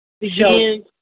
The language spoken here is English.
begin